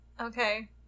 Okay